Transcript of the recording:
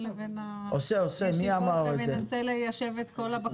לבין הישיבות ומנסה ליישב את כל הבקשות.